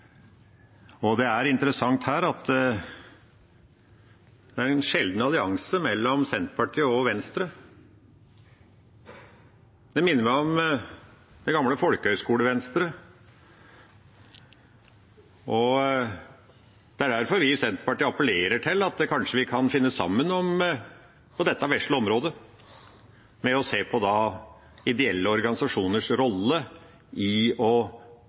Det som er interessant her, er at det er en sjelden allianse mellom Senterpartiet og Venstre. Det minner meg om det gamle Folkehøyskole-Venstre, og det er derfor vi i Senterpartiet appellerer til at vi kanskje kan finne sammen også på dette vesle området, med å se på ideelle organisasjoners rolle i å